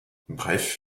bref